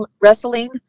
wrestling